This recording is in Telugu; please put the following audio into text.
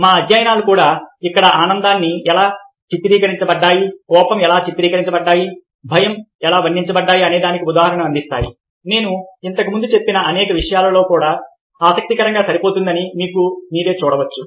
మా అధ్యయనాలు కూడా ఇక్కడ ఆనందాన్ని ఎలా చిత్రీకరించబడ్డాయి కోపం ఎలా చిత్రీకరించబడ్డాయి భయం వర్ణించబడ్డాయి అనేదానికి ఉదాహరణను అందిస్తాయి నేను ఇంతకు ముందు చెప్పిన అనేక విషయాలతో చాలా ఆసక్తికరంగా సరిపోతుందని మీకు మీరే చూడవచ్చు